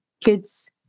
kids